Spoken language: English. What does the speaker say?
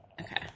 Okay